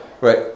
right